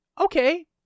Okay